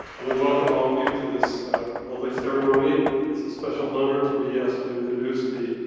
welcome all of you to this lovely ceremony. it's a special honor to be asked to introduce the